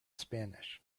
spanish